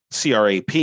CRAP